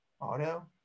auto